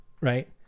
right